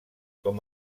com